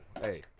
hey